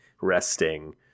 resting